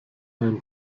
einem